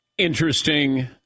Interesting